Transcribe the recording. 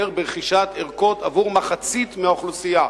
ברכישת ערכות עבור מחצית האוכלוסייה.